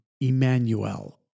Emmanuel